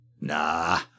nah